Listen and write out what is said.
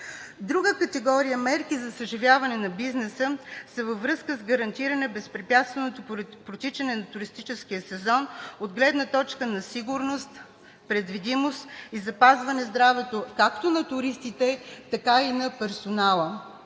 Друга категория мерки за съживяване на бизнеса са във връзка с гарантиране безпрепятственото протичане на туристическия сезон от гледна точка на сигурност, предвидимост и запазване здравето както на туристите, така и на персонала